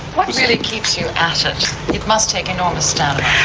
what really keeps you at it? it must take enormous stamina.